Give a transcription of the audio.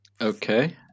Okay